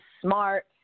smart